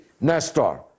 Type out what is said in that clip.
Nestor